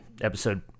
episode